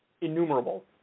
innumerable